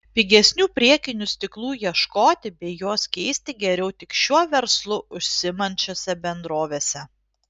pigesnių priekinių stiklų ieškoti bei juos keisti geriau tik šiuo verslu užsiimančiose bendrovėse